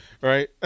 Right